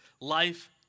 life